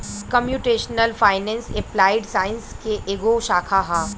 computational finance applied science के एगो शाखा ह